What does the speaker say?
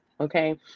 Okay